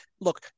look